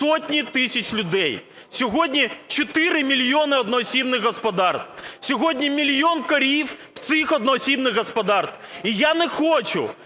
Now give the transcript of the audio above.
сотень тисяч людей. Сьогодні 4 мільйони одноосібних господарств, сьогодні мільйон корів цих одноосібних господарств, і я не хочу